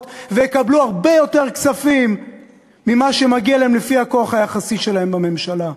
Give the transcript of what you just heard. ויקבלו הרבה יותר כספים ממה שמגיע להן לפי הכוח היחסי שלהן בממשלה,